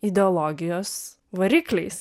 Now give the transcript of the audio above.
ideologijos varikliais